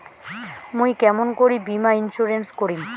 মুই কেমন করি বীমা ইন্সুরেন্স করিম?